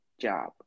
job